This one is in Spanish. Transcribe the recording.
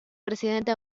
presidente